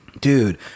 Dude